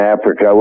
Africa